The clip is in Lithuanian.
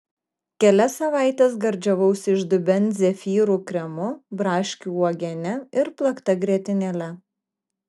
kelias savaites gardžiavausi iš dubens zefyrų kremu braškių uogiene ir plakta grietinėle